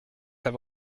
have